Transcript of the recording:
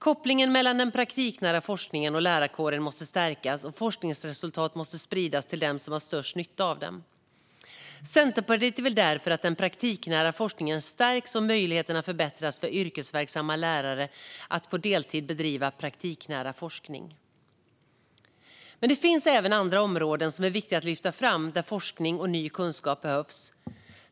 Kopplingen mellan den praktiknära forskningen och lärarkåren måste stärkas, och forskningsresultat måste spridas till dem som har störst nytta av dem. Centerpartiet vill därför att den praktiknära forskningen stärks och att möjligheterna förbättras för yrkesverksamma lärare att på deltid bedriva praktiknära forskning. Det finns även andra områden som är viktiga att lyfta fram där forskning och ny kunskap behövs.